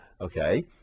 okay